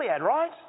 right